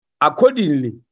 Accordingly